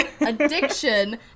addiction